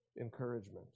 encouragement